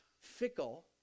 fickle